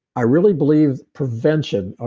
i really believe prevention, ah